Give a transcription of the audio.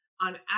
on